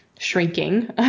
shrinking